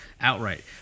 outright